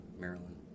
Maryland